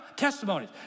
Testimonies